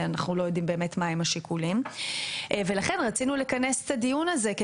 אנחנו לא יודעים מה הם השיקולים ולכן רצינו לכנס את הדיון הזה,